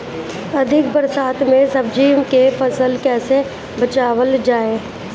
अधिक बरसात में सब्जी के फसल कैसे बचावल जाय?